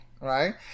right